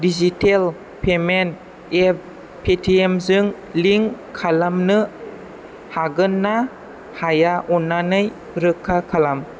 digital payment app पेटिएमजों link खालामनो हागोन ना हाया अननानै रोखा खालाम